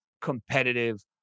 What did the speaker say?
competitive